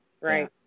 Right